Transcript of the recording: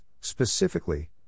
Specifically